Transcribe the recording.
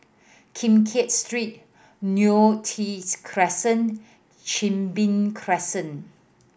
Keng Kiat Street Neo Tiew's Crescent Chin Bee Crescent